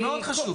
זה מאוד חשוב.